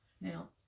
Now